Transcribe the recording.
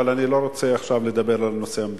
אבל אני לא רוצה עכשיו לדבר על הנושא המדיני,